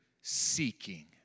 seeking